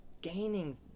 gaining